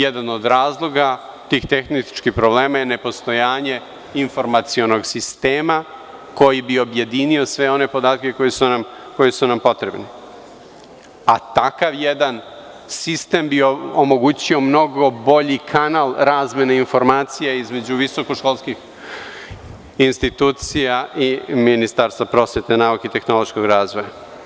Jedan od razloga tih tehničkih problema je nepostojanje informacionog sistema koji bi objedinio sve one podatke koji su nam potrebni, a takav jedan sistem bi omogućio mnogo bolji kanal razmene informacija između visokoškolskih institucija i Ministarstva prosvetne nauke i tehnološkog razvoja.